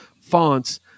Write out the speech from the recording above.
fonts